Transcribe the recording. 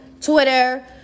twitter